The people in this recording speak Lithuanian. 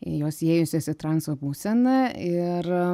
jos įėjusios į transo būseną ir